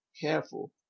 careful